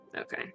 okay